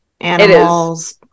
animals